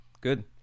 Good